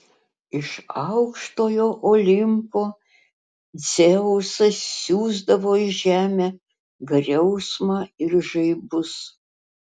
iš aukštojo olimpo dzeusas siųsdavo į žemę griausmą ir žaibus